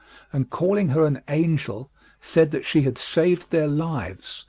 and calling her an angel said that she had saved their lives,